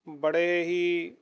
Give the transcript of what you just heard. ਬੜੇ ਹੀ